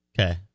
Okay